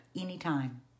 anytime